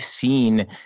seen